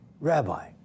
Rabbi